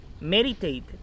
meditate